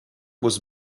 was